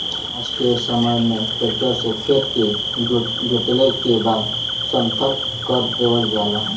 आज के समय में ट्रक्टर से खेत के जोतले के बाद समथर कर देवल जाला